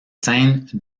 scènes